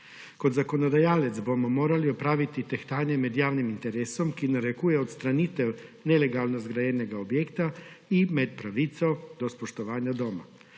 Kot zakonodajalec bomo morali opraviti tehtanje med javnim interesom, ki narekuje odstranitev nelegalno zgrajenega objekta, in med pravico do spoštovanja doma.